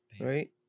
Right